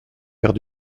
faire